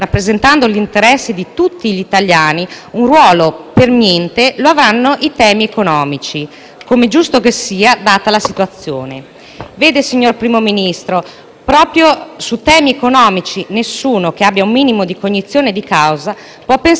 come è giusto che sia data la situazione. Signor Primo Ministro, proprio su temi economici nessuno che abbia un minimo di cognizione di causa può pensare che l'Italia, da sola, possa ottenere dei risultati veri e concreti per i nostri concittadini.